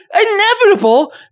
inevitable